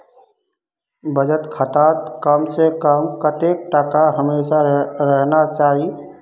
बचत खातात कम से कम कतेक टका हमेशा रहना चही?